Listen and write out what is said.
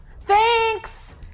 Thanks